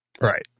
Right